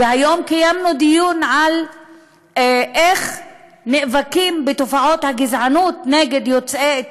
והיום קיימנו דיון על איך נאבקים בתופעת הגזענות נגד יוצאי אתיופיה,